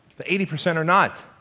the eighty percent are not.